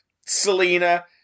Selena